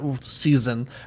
season